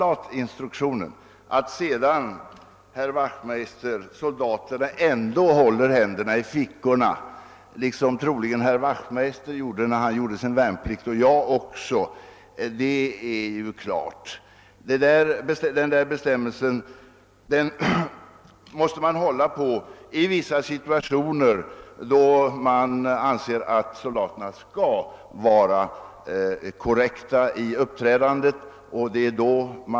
Att sedan soldaterna ändå håller händerna i fickorna, liksom troligen också herr Wachtmeister och jag gjorde när vi fullgjorde vår värnplikt, det är ju klart. Denna bestämmelse måste man emellertid hålla på i vissa situationer, då man anser att soldaterna skall iaktta ett korrekt uppträdande.